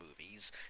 movies